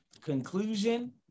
Conclusion